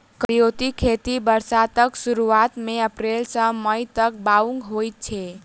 करियौती खेती बरसातक सुरुआत मे अप्रैल सँ मई तक बाउग होइ छै